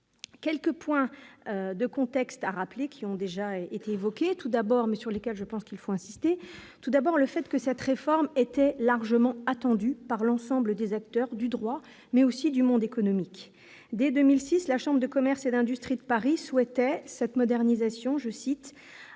Quelques points de contexte a rappelé qui ont déjà été évoqués : tout d'abord, mais sur lesquels je pense qu'il faut insister tout d'abord le fait que cette réforme était largement attendu par l'ensemble des acteurs du droit mais aussi du monde économique dès 2006, la chambre de commerce et d'industrie de Paris souhaitait cette modernisation, je cite, à